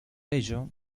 ello